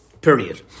Period